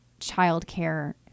childcare